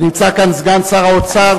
ונמצא כאן סגן שר האוצר,